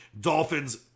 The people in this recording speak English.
Dolphins